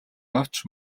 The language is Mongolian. авч